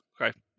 Okay